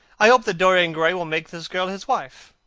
i hope that dorian gray will make this girl his wife,